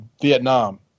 Vietnam